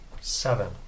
Seven